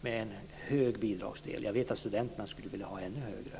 med en hög bidragsdel. Jag vet att studenterna skulle vilja ha ännu högre.